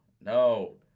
no